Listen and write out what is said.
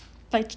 like ch~